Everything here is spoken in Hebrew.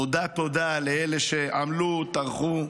תודה תודה לאלה שעמלו, טרחו,